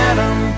Adam